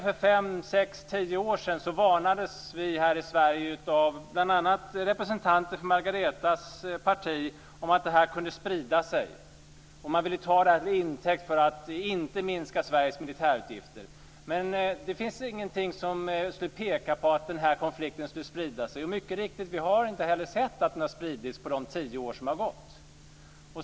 För fem-tio år sedan varnades vi här i Sverige av bl.a. representanter för Margaretas parti om att detta kunde sprida sig. Man ville ta det till intäkt för att inte minska Sveriges militäruppgifter. Men det fanns ingenting som pekade på att konflikten skulle sprida sig, och mycket riktigt har vi inte heller sett att den har spridits under de tio år som har gått.